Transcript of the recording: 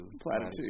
Platitude